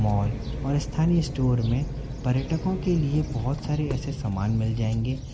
mall और स्थानीय store में पर्यटकों के लिए बहुत सारे ऐसे समान मिल जाएँगे